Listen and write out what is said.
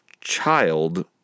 child